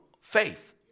faith